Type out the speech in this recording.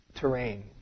terrain